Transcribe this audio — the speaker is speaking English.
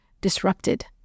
disrupted